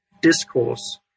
discourse